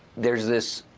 there's this